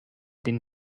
den